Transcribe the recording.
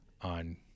on